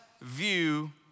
view